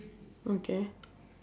okay